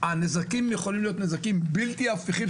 הנזקים בפגיעה נפשית יכולים להיות בלתי הפיכים,